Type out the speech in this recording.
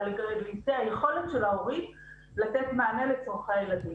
לפי היכולת של ההורים לתת מענה לצורכי הילדים.